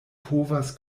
povas